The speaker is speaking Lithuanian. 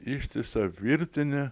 ištisa virtinė